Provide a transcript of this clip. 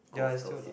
there are still not